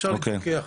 אפשר להתווכח,